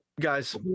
guys